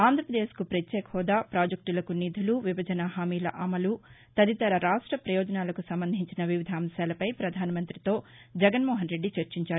ఆంధ్రాప్రదేశ్కు ప్రత్యేక హెూదా ప్రాజెక్టులకు నిధులు విభజన హామీల అమలు తదితర రాష్ట ప్రయోజనాలకు సంబంధించిన వివిధ అంశాలపై ప్రధాన మంత్రితో జగన్మోహన్రెడ్డి చర్చించారు